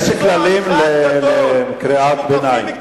יש כללים לקריאת ביניים.